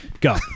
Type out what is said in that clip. go